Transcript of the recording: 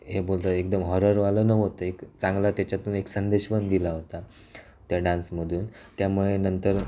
हे बोलता एकदम हॉररवालं नव्हतं एक चांगला त्याच्यातून एक संदेश पण दिला होता त्या डान्समधून त्यामुळे नंतर